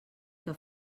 que